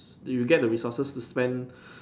you get the resources to spend